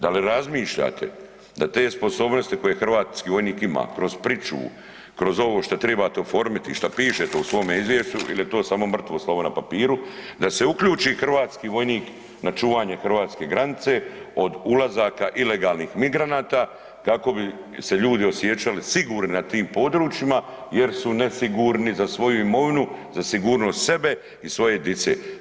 Da li razmišljate da te sposobnosti koje hrvatski vojnik ima kroz pričuvu, kroz ovo što tribate oformiti, što pišete u svome izvješću il je to samo mrtvo slovo na papiru, da se uključi hrvatski vojnik na čuvanje hrvatske granice od ulazaka ilegalnih migranata kako bi se ljudi osjećali sigurni na tim područjima jer su nesigurni za svoju imovinu, za sigurnost sebe i svoje dice.